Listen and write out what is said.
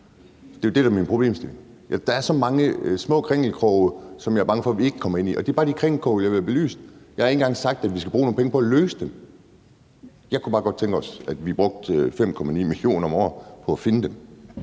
Det er jo det, der i mine øjne er problemstillingen. Der er så mange små krinkelkroge, som jeg er bange for at vi ikke kommer ind i, og det er bare de krinkelkroge, jeg vil have belyst. Jeg har ikke engang sagt, at vi skal bruge nogle penge på at løse det – jeg kunne bare godt tænke mig, at vi brugte 5,9 mio. kr. om året på at finde dem.